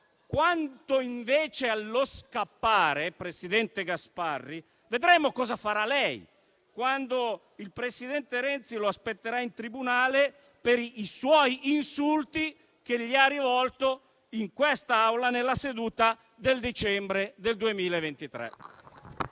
Quanto invece al fatto di scappare, presidente Gasparri, vedremo cosa farà lei, quando il presidente Renzi la aspetterà in tribunale per gli insulti che gli ha rivolto in quest'Aula in una seduta di dicembre 2023.